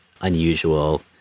unusual